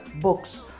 books